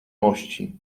mości